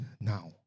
now